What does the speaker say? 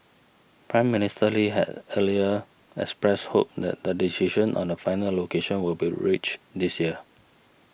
Prime Minister Lee had earlier expressed hope that the decision on the final location will be reached this year